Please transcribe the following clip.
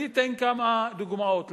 אני אתן כמה דוגמאות.